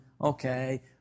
Okay